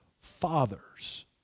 fathers